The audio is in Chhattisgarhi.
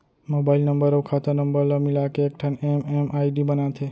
मोबाइल नंबर अउ खाता नंबर ल मिलाके एकठन एम.एम.आई.डी बनाथे